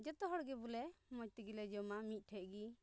ᱡᱚᱛᱚ ᱦᱚᱲᱜᱮ ᱵᱚᱞᱮ ᱢᱚᱡᱽ ᱛᱮᱜᱮᱞᱮ ᱡᱚᱢᱟ ᱢᱤᱫ ᱴᱷᱮᱱᱜᱮ